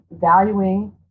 valuing